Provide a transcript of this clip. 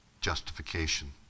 justification